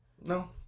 No